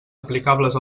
aplicables